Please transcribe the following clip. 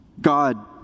God